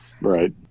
Right